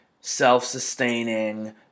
self-sustaining